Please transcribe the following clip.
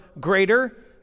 greater